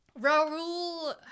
Raul